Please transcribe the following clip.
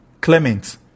Clement